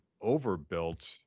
overbuilt